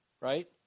right